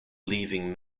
leaving